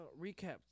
Recap